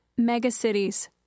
megacities